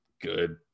good